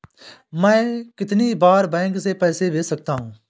मैं कितनी बार बैंक से पैसे भेज सकता हूँ?